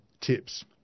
tips